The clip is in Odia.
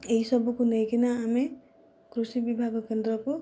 ଏହି ସବୁକୁ ନେଇକିନା ଆମେ କୃଷି ବିଭାଗ କେନ୍ଦ୍ରକୁ